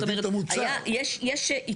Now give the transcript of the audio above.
זאת אומרת, היה, יש איתורים.